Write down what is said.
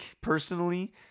personally